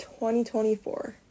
2024